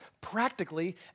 practically